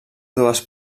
dues